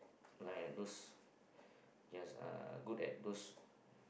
like those just uh good at those